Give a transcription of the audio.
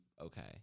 Okay